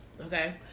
okay